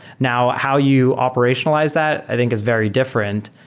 now, how you operationalize that i think is very different.